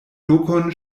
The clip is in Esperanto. lokon